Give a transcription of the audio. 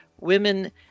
women